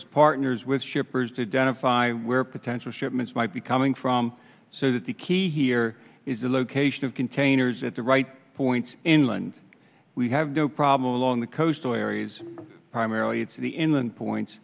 as partners with shippers to down a fire where potential shipments might be coming from so that the key here is the location of containers at the right point in line we have no problem along the coastal areas primarily to the inland points